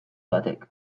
batek